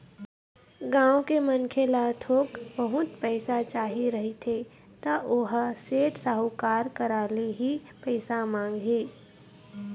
गाँव के मनखे ल थोक बहुत पइसा चाही रहिथे त ओहा सेठ, साहूकार करा ले ही पइसा मांगही